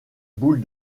boule